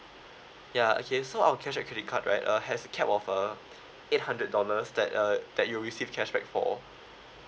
ya okay so our cashback card right uh has a cap of a eight hundred dollars that uh that you'll receive cashback for